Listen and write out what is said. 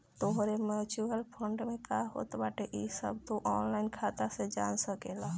तोहरे mutual fund में का होत बाटे इ सब तू ऑनलाइन खाता से जान सकेला